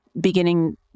beginning